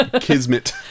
Kismet